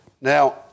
Now